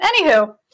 anywho